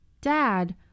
Dad